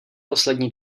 poslední